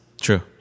True